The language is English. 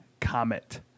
Comet